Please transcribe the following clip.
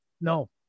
No